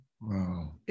Wow